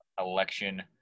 election